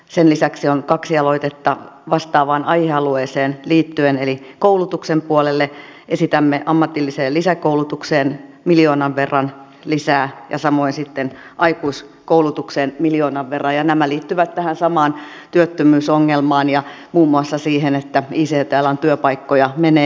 sen lisäksi on kaksi aloitetta vastaavaan aihealueeseen liittyen eli koulutuksen puolelle esitämme ammatilliseen lisäkoulutukseen miljoonan verran lisää ja samoin sitten aikuiskoulutukseen miljoonan verran ja nämä liittyvät tähän samaan työttömyysongelmaan ja muun muassa siihen että ict alan työpaikkoja menee